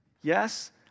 Yes